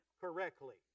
correctly